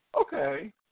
Okay